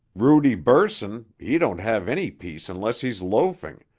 rudy bursin, he don't have any peace unless he's loafing,